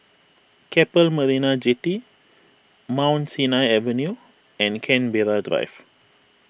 Keppel Marina Jetty Mount Sinai Avenue and Canberra Drive